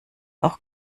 auch